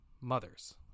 Mothers